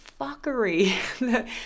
fuckery